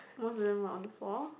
most of them were on the floor